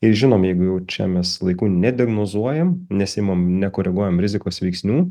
ir žinom jeigu jau čia mes laiku nediagnozuojam nesiimam nekoreguojam rizikos veiksnių